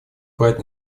брать